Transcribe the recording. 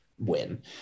win